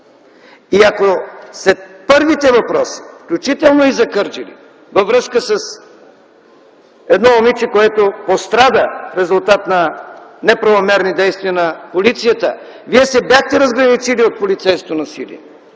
И ако след първите въпроси, включително и за Кърджали, във връзка с едно момиче, което пострада в резултат на неправомерни действия на полицията, Вие се бяхте разграничили от полицейското насилие,